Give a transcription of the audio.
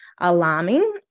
Alarming